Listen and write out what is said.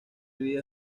video